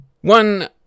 One